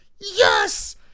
Yes